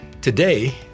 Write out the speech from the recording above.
Today